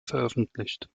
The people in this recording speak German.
veröffentlicht